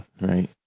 right